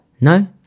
No